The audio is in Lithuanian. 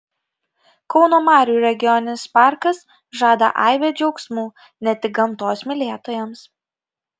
kauno marių regioninis parkas žada aibę džiaugsmų ne tik gamtos mylėtojams